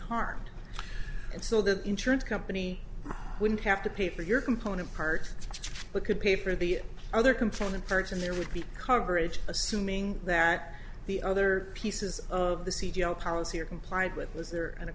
harmed and so the insurance company wouldn't have to pay for your component part but could pay for the other component parts and there would be coverage assuming that the other pieces of the c d r policy are complied with was there an